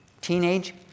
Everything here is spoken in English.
teenage